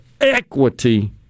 equity